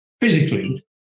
physically